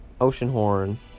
Oceanhorn